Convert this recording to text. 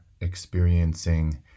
experiencing